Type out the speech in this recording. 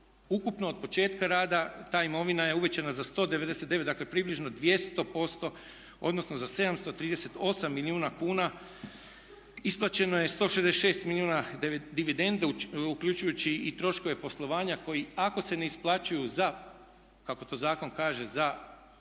Ukupno od početka rada taj imovina je uvećana za 199 dakle približno 200Ž% odnosno za 738 milijuna kuna. Isplaćeno je 166 milijuna dividende uključujući i troškove poslovanja koji ako se ne isplaćuju za kako to zakon kaže za potrebe